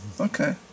Okay